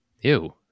Ew